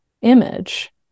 image